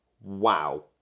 wow